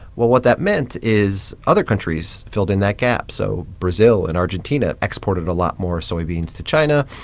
well, what that meant is other countries filled in that gap. so brazil and argentina exported a lot more soybeans to china.